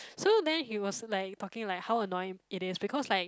so then he was like talking like how annoying it is because like